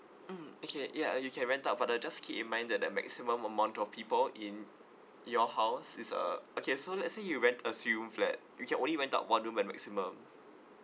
mm okay ya you can rent out but uh just keep in mind that the maximum amount of people in your house is uh okay so let's say you rent assume flat you can only rent out one room at maximum um